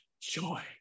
joy